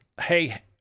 Hey